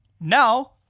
Now